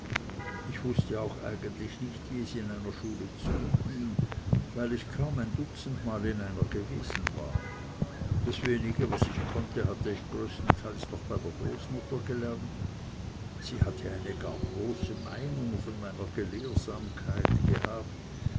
ich wußte auch eigentlich nicht wie es in einer schule zuging weil ich kaum ein dutzend mal in einer gewesen war das wenige was ich konnte hatte ich größtenteils noch bei der großmutter gelernt sie hatte eine gar große meinung von meiner gelehrsamkeit gehabt